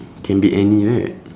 can be any right